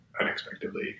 unexpectedly